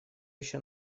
еще